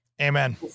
Amen